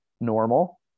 normal